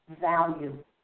value